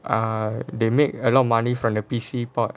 err they make a lot of money from the P_C port